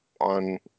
on